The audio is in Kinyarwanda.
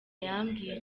yambwiye